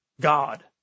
God